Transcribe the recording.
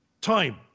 time